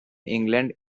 england